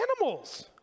animals